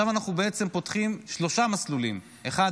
עכשיו אנחנו פותחים שלושה מסלולים: אחד,